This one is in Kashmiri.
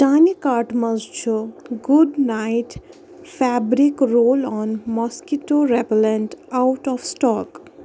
چانہِ کارٹہٕ مَنٛز چھُ Good Knight fabric roll on mosquito repellent out of stock